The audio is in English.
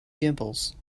dimples